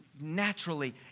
naturally